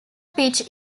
pitch